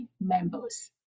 members